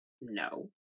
No